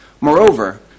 Moreover